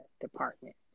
department